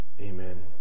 Amen